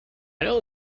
know